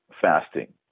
fasting